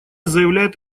заявляет